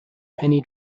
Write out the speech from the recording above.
penny